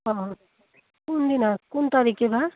অঁ কোন দিনা কোন তাৰিখে বা